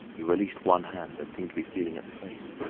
he released one hand and seemed to be feeling at the face.